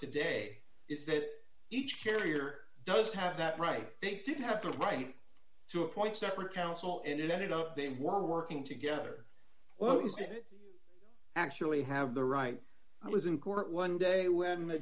today is that each carrier does have that right they didn't have the right to appoint separate counsel and it ended up they were working together well is it actually have the right i was in court one day when the